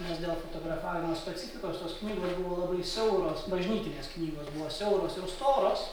nes dėl fotografavimo specifikos tos knygos buvo labai siauros bažnytinės knygos buvo siauros ir storos